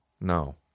no